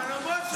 בחלומות שלך.